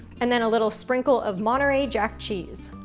and then a little sprinkle of monterey jack cheese.